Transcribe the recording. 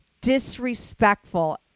disrespectful